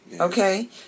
Okay